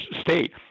state